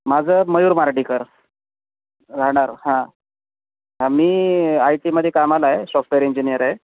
माझं मयूर मारडीकर राहणार हां हां मी आय टीमध्ये कामाला आहे सॉफ्टवेअर इंजिनियर आहे